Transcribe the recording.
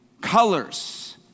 colors